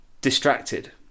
distracted